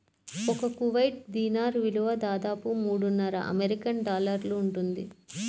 ఒక కువైట్ దీనార్ విలువ దాదాపు మూడున్నర అమెరికన్ డాలర్లు ఉంటుంది